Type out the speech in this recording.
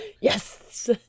Yes